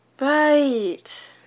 Right